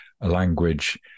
language